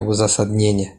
uzasadnienie